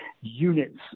units